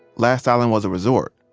last island was a resort.